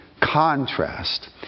contrast